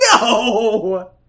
No